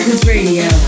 Radio